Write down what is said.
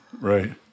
Right